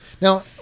Now